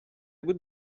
بود